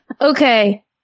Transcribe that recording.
Okay